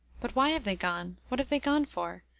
but why have they gone? what have they gone for?